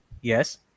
Yes